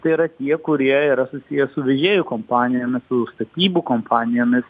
tai yra tie kurie yra susiję su vežėjų kompanijomis su statybų kompanijomis